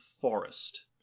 forest